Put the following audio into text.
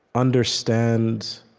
understand